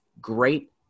great